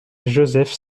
joseph